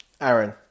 Aaron